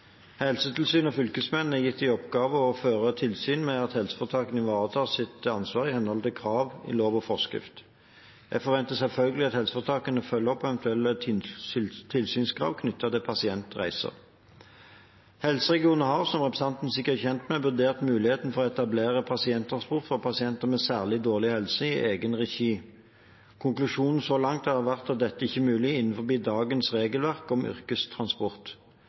Helsetilsynet og fylkesmennene er gitt i oppgave å føre tilsyn med at helseforetakene ivaretar sitt ansvar i henhold til krav i lov og forskrift. Jeg forventer selvfølgelig at helseforetakene følger opp eventuelle tilsynskrav knyttet til pasientreiser. Helseregionene har, som representanten sikkert er kjent med, vurdert muligheten for å etablere pasienttransport for pasienter med særlig dårlig helse i egen regi. Konklusjonen så langt har vært at dette ikke er mulig innenfor dagens regelverk om yrkestransport.